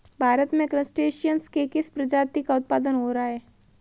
भारत में क्रस्टेशियंस के किस प्रजाति का उत्पादन हो रहा है?